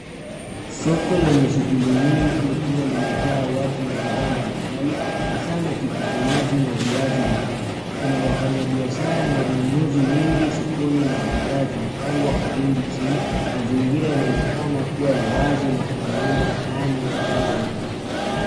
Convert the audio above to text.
Soko lenye shughuli nyingi likiwa limejaa watu na bidhaa mbalimbali, hasaa matikiti maji na viazi vikuu. Kuna wafanyabiashara na wanunuzi wengi sokoni na bidhaa zimepangwa kwa wingi chini. Mazingira yanaonekana kuwa ya wazi na kuna miundo fulani ya jengo nyuma.